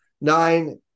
nine